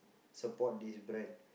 support this brand